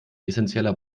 essenzieller